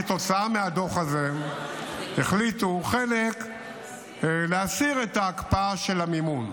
כתוצאה מהדוח הזה החליטו חלק להסיר את ההקפאה של המימון,